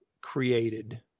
created